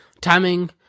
timing